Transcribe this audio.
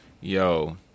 Yo